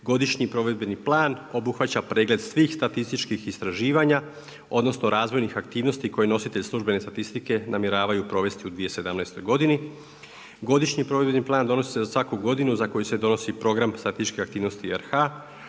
Godišnji provedbeni plan obuhvaća pregled svih statističkih istraživanja odnosno razvojnih aktivnosti koje nositelj službene statistike namjeravaju provesti u 2017. godini. Godišnji provedbeni plan donosi se za svaku godinu za koju se donosi program statističkih aktivnosti RH.